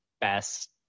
best